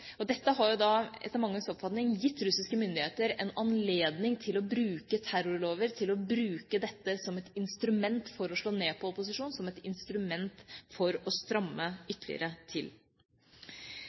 etter manges oppfatning gitt russiske myndigheter en anledning til å bruke terrorloven, til å bruke dette som et instrument for å slå ned på opposisjonen, som et instrument for å stramme